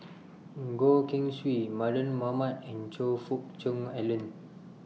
Goh Keng Swee Mardan Mamat and Choe Fook Cheong Alan